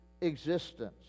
existence